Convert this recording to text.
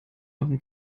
machen